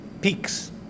peaks